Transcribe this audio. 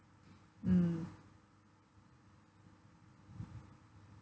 mm